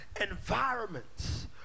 environments